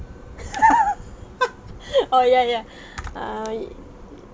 oh ya ya uh